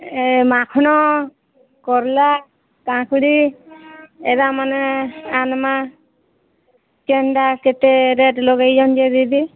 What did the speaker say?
ଏ ମାଖନ କଲରା କାକୁଡ଼ି ଏରା ମାନେ ଆଣିବା କେନ୍ଦା କେତେ ରେଟ୍ ଲଗେଇଛନ୍ତି ଦିଦି